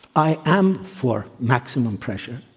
i am for maximum pressure.